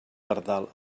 pardal